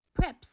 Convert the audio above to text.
Preps